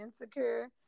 *Insecure*